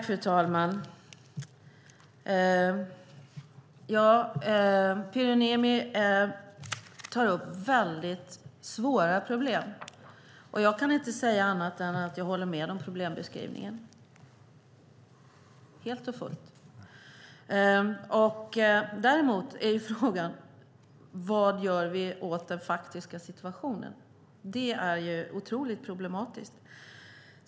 Fru talman! Pyry Niemi tar upp väldigt svåra problem. Jag kan inte säga annat än att jag håller med om problembeskrivningen, helt och fullt. Däremot är frågan: Vad gör vi åt den faktiska situationen? Det är ju otroligt problematiskt.